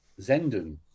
Zenden